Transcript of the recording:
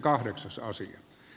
kiitoksia